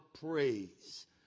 praise